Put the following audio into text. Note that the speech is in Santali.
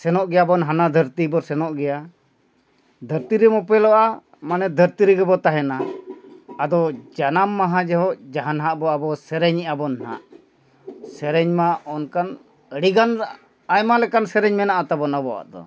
ᱥᱮᱱᱚᱜ ᱜᱮᱭᱟ ᱵᱚᱱ ᱦᱟᱱᱟ ᱫᱷᱟᱹᱨᱛᱤ ᱵᱚᱱ ᱥᱮᱱᱚᱜ ᱜᱮᱭᱟ ᱫᱷᱟᱹᱨᱛᱤ ᱨᱮᱢ ᱚᱯᱮᱞᱚᱜᱼᱟ ᱢᱟᱱᱮ ᱫᱷᱟᱹᱨᱛᱤ ᱨᱮᱜᱮ ᱵᱚ ᱛᱟᱦᱮᱱᱟ ᱟᱫᱚ ᱡᱟᱱᱟᱢ ᱢᱟᱦᱟ ᱡᱚᱦᱚᱜ ᱡᱟᱦᱟᱸ ᱱᱟᱦᱟᱜ ᱵᱚ ᱟᱵᱚ ᱥᱮᱨᱮᱧᱮᱜᱼᱟ ᱵᱚᱱ ᱱᱟᱦᱟᱜ ᱥᱮᱨᱮᱧ ᱢᱟ ᱚᱱᱠᱟᱱ ᱟᱹᱰᱤ ᱜᱟᱱ ᱟᱭᱢᱟ ᱞᱮᱠᱟᱱ ᱥᱮᱨᱮᱧ ᱢᱮᱱᱟᱜᱼᱟ ᱛᱟᱵᱚᱱ ᱟᱵᱚᱣᱟᱜ ᱫᱚ